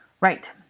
Right